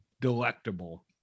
delectable